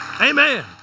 amen